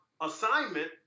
assignment